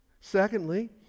Secondly